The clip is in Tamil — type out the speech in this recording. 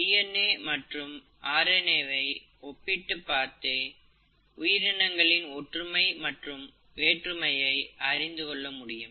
டி என் எ மற்றும் ஆர் என் ஏ வை ஒப்பிட்டு பார்த்தே உயிரிங்கனின் ஒற்றுமை மற்றும் வேற்றுமையை அறிந்து கொள்ள முடியும்